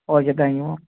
okay thank you ma'am